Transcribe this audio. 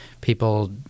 people